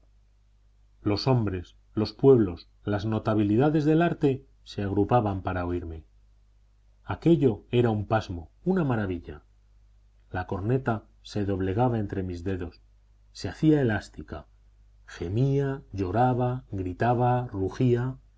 los hombres los pueblos las notabilidades del arte se agrupaban para oírme aquello era un pasmo una maravilla la corneta se doblegaba entre mis dedos se hacía elástica gemía lloraba gritaba rugía